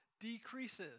decreases